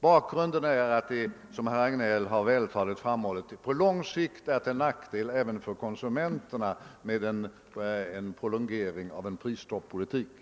Bakgrunden är att det på lång sikt, som herr Hagnell vältaligt framhållit, är till nackdel även för konsumenterna med en prolongering av prisstoppspolitiken.